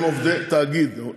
הם עובדי תאגיד.